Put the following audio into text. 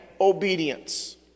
obedience